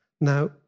Now